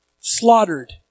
Slaughtered